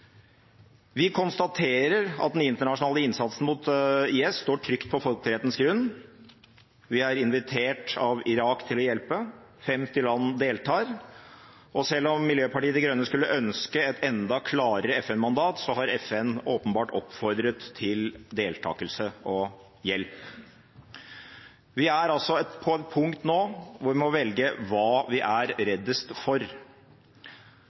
Vi konstaterer at den internasjonale innsatsen mot IS står trygt på folkerettens grunn. Vi er invitert av Irak til å hjelpe. 50 land deltar, og selv om Miljøpartiet De Grønne skulle ønske et enda klarere FN-mandat, har FN åpenbart oppfordret til deltakelse og hjelp. Vi er altså på et punkt nå hvor vi må velge hva vi er reddest for: